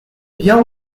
bien